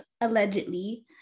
allegedly